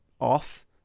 off